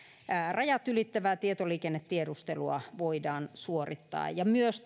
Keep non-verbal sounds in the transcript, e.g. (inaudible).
rajat ylittävää tietoliikennetiedustelua voidaan suorittaa ja myös (unintelligible)